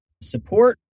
support